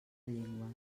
llengües